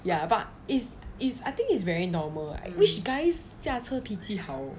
ya but is is I think is very normal like which guys 驾车脾气好